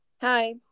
Hi